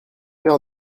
pères